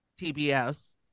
TBS